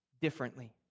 differently